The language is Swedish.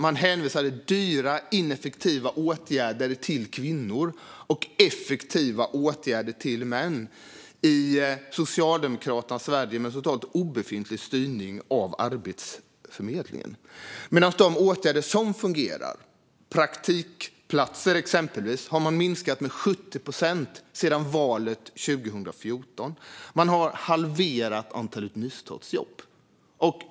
Man anvisar dyra ineffektiva åtgärder till kvinnor och effektiva åtgärder till män, i Socialdemokraternas Sverige, med en totalt obefintlig styrning av Arbetsförmedlingen. Men åtgärder som fungerar minskar man, exempelvis praktikplatser, som man har minskat med 70 procent sedan valet 2014. Och man har halverat antalet nystartsjobb.